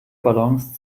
balance